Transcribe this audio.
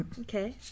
okay